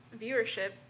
viewership